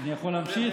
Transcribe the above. אני יכול להמשיך?